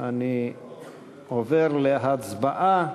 אני עובר להצבעה.